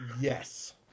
Yes